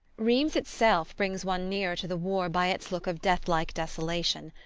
rheims itself brings one nearer to the war by its look of deathlike desolation.